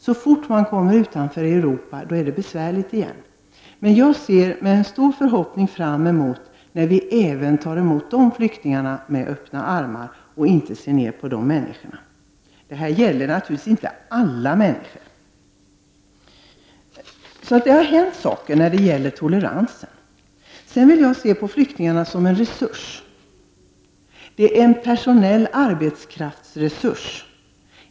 Så fort någon kommer utanför Europa är det besvärligt igen. Jag ser med stor förhoppning fram mot att vi även tar emot sådana flyktingar med öppna armar och inte ser ner på dem. Detta gäller naturligtvis alla människor. Så det har alltså hänt saker när det gäller toleransen. Jag vill se flyktingar som en resurs. De utgör en personell arbetskraftsresurs.